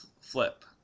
flip